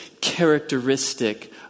characteristic